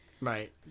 Right